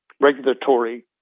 regulatory